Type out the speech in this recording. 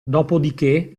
dopodiché